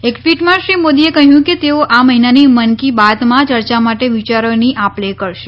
એક ટ્વિટમાં શ્રી મોદીએ કહ્યું કે તેઓ આ મહિનાની મન કી બાતમાં ચર્ચા માટે વિચારોની આપલે કરશે